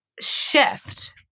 shift